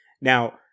Now